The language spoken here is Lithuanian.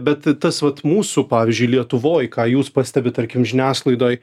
bet tas vat mūsų pavyzdžiui lietuvoj ką jūs pastebit tarkim žiniasklaidoj